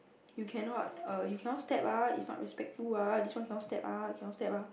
you cannot err you cannot step ah is not respectful ah this one cannot step ah cannot step ah